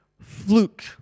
fluke